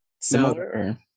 similar